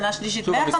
שנה שלישית 150 --- כן.